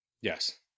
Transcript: Yes